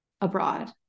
abroad